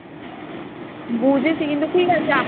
বুঝেছি কিন্তু ঠিক আছে